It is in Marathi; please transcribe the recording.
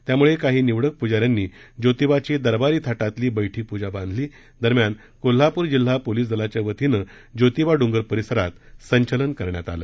त्यामुळे काही निवडक प्जाऱ्यांनी जोतिबाची दरबारी थाटातील बैठी पूजा बांधली दरम्यान कोल्हापूर जिल्हा पोलिस दलाच्या वतीने ज्योतिबा डोंगर परिसरात संचलन करण्यात आलं